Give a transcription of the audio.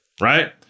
right